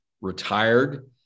retired